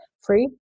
free